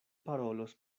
parolos